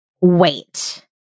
wait